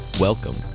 Welcome